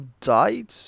died